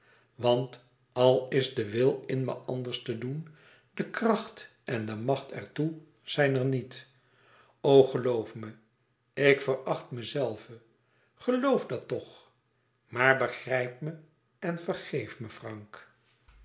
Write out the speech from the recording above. want al is de wil in me anders te doen de kracht en de macht er toe zijn er niet o geloof me ik veracht mezelven gelof dat toch maar begrijp me en vergeef me frank